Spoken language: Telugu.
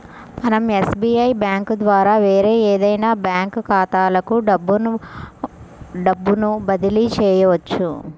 మనం ఎస్బీఐ బ్యేంకు ద్వారా వేరే ఏదైనా బ్యాంక్ ఖాతాలకు డబ్బును డబ్బును బదిలీ చెయ్యొచ్చు